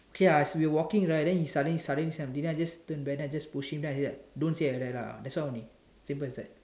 okay ah we were walking right he just suddenly suddenly something then I just turn then I just push him ah then like don't say like that ah that's all only simple as that